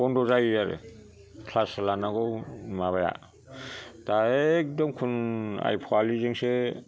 बन्द' जायो आरो क्लास लानांगौ माबाया दा एकदम खुन आइफवालिजोंसो